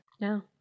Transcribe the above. No